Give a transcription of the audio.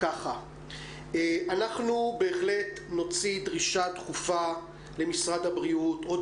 אנחנו בהחלט נוציא דרישה דחופה למשרד הבריאות עוד